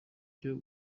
byo